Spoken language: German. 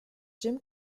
jim